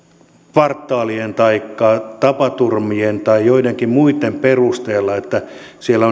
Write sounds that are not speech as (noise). kvartaalien taikka tapaturmien tai joidenkin muitten perusteella siellä (unintelligible)